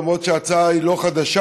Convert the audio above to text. למרות שההצעה היא לא חדשה,